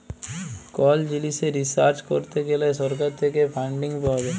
call জিলিসে research করত গ্যালে সরকার থেক্যে ফান্ডিং পাওয়া যায়